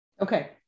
Okay